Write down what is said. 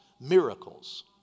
miracles